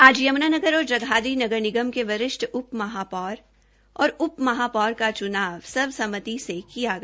आज यमूनानगर और जगाधरी नगर निगम के वरिष्ठ उप महापौर और उप महपौर का का च्नाव सर्वसम्मति से किया गया